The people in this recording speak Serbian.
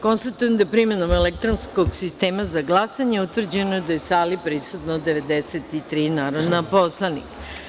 Konstatujem da je primenom elektronskog sistema za glasanje utvrđeno da je u sali prisutno 93 narodna poslanika.